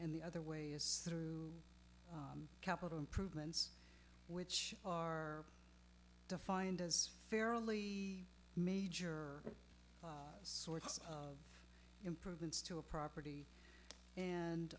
n the other way is through capital improvements which are defined as fairly major sorts of improvements to a property and